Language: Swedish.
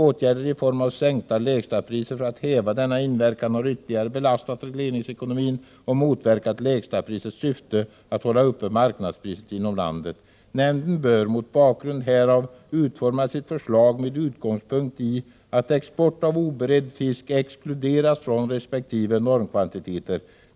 Åtgärder i form av sänkt lägstapris för att häva denna inverkan har ytterligare belastat regleringsekonomin och motverkat lägstaprisets syfte att hålla uppe marknadspriset inom landet. Nämnden bör mot bakgrund härav utforma sitt förslag med utgångspunkt i att export av oberedd fisk exkluderas från respektive normkvantitet.